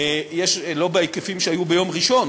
לא בהיקפים שהיו ביום ראשון,